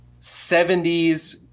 70s